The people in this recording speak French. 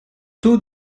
taux